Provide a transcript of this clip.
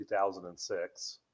2006